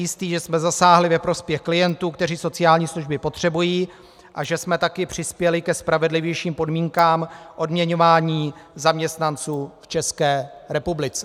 Jsem si jistý, že jsme zasáhli ve prospěch klientů, kteří sociální služby potřebují, a že jsme také přispěli ke spravedlivějším podmínkám odměňování zaměstnanců v České republice.